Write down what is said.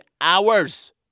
hours